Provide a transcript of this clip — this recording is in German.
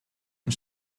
und